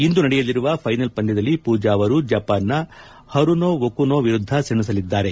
ಇಂದು ನಡೆಯಲಿರುವ ಫೈನಲ್ ಪಂದ್ಯದಲ್ಲಿ ಪೂಜಾ ಅವರು ಜಪಾನ್ನ ಹರುನೊ ಒಕುನೊ ವಿರುದ್ಧ ಸೆಣಸಲಿದ್ದಾರೆ